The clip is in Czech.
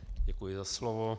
Děkuji za slovo.